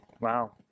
Wow